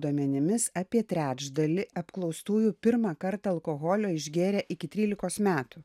duomenimis apie trečdalį apklaustųjų pirmą kartą alkoholio išgėrė iki trylikos metų